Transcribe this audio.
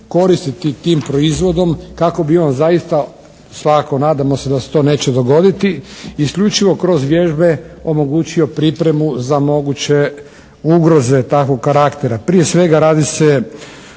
koristiti tim proizvodom kako bi on zaista svakako nadamo se da se to neće dogoditi, isključivo kroz vježbe omogućio pripremu za moguće ugroze takvog karaktera. Prije svega radi se